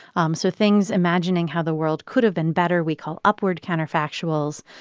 um so things imagining how the world could have been better we call upward counterfactuals.